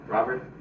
Robert